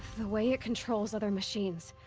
the way it controls other machines.